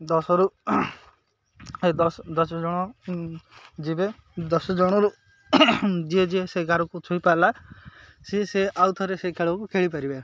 ଦଶରୁ ଦଶ ଦଶ ଜଣ ଯିବେ ଦଶ ଜଣରୁ ଯିଏ ଯିଏ ସେ ଗାରକୁ ଛୁଇଁପାରିଲା ସିଏ ସେ ଆଉ ଥରେ ସେ ଖେଳକୁ ଖେଳିପାରିବେ